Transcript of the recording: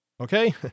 Okay